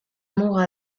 muga